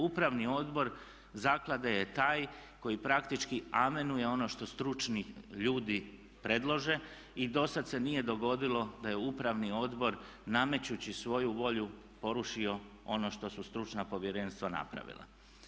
Upravni odbor zaklade je taj koji praktički amenuje ono što stručni ljudi predlože i dosad se nije dogodilo da je upravni odbor namećući svoju volju porušio ono što su stručna povjerenstva napravila.